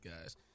guys